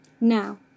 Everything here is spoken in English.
Now